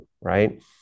right